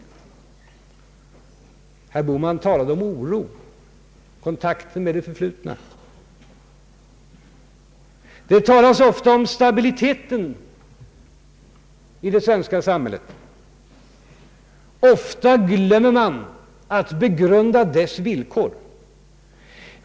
Herr Bohman talade om oro, om kontakten med det förflutna. Man talar ofta om stabiliteten i det svenska samhället, men man glömmer stundom att begrunda dess villkor.